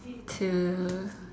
to